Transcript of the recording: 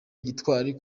gitwari